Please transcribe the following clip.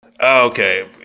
Okay